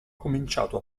cominciato